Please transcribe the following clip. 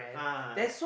ah